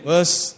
Verse